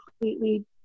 completely